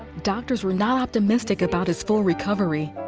doctors were not optimistic about his full recovery.